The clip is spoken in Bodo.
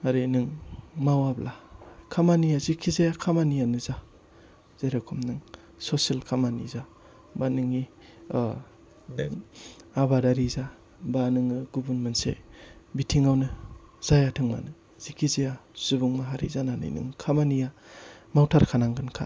आरो नों मावाब्ला खामानिया जेखि जाया खामानियानो जा जेरखम नों ससियेल खामानि जा बा नोंनि बे आबादारि जा बा नोङो गुबुन मोनसे बिथिङावनो जायाथों मानो जेखिजाया सुबुं माहारि जानानै नों खामानिया मावथारखानांगोनखा